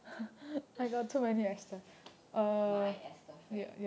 my esther friend